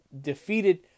defeated